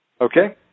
Okay